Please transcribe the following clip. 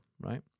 right